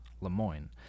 Lemoyne